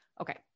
okay